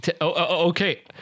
Okay